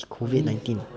it's COVID nineteen